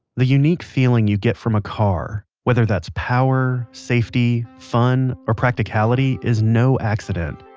the unique feeling you get from a car, whether that's power, safety, fun or practicality is no accident.